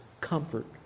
comfort